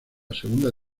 segunda